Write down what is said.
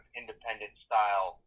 independent-style